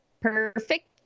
perfect